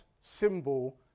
symbol